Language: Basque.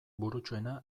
burutsuena